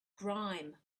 grime